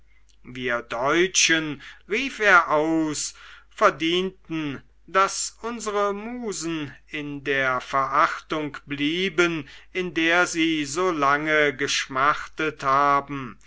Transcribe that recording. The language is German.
wir deutschen rief er aus verdienten daß unsere musen in der verachtung blieben in der sie so lange geschmachtet haben